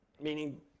Meaning